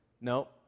no